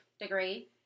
degree